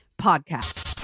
podcast